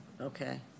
Okay